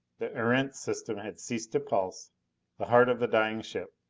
the erentz system had ceased to pulse the heart of the dying ship,